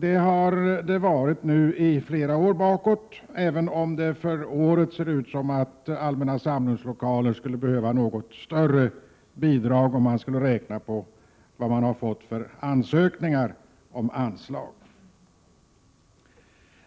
Så har det varit i flera år, även om det ser ut som om allmänna samlingslokaler skulle behöva något större bidrag i år med utgångspunkt i antalet ansökningar.